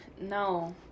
no